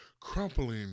crumpling